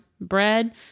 bread